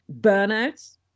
Burnout